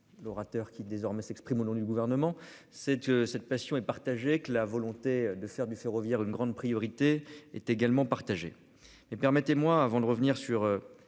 L'orateur qui désormais s'exprime au nom du gouvernement, c'est que cette passion et. Que la volonté de faire du ferroviaire une grande priorité est également partagée mais permettez-moi avant de revenir sur.